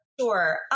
Sure